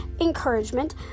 encouragement